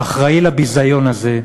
שאחראי לביזיון הזה,